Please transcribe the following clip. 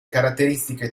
caratteristiche